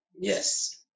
Yes